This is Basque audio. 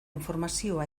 informazioa